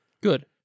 Good